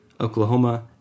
Oklahoma